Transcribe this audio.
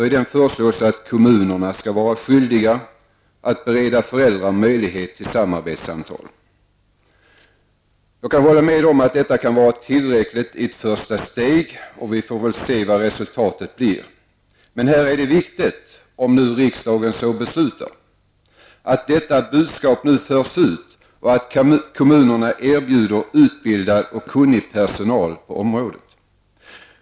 I denna föreslås att kommunerna skall vara skyldiga att bereda föräldrar möjlighet till samarbetssamtal. Jag kan hålla med om att detta kan vara tillräckligt som ett första steg. Vi får se vad resultatet blir. Men om riksdagen så beslutar är det viktigt att detta budskap förs ut och att kommunerna erbjuder utbildad och kunnig personal på området.